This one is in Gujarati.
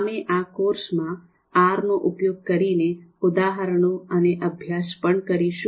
અમે આ કોર્સમાં Rનો ઉપયોગ કરીને ઉદાહરણો અને અભ્યાસ પણ કરીશું